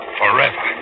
forever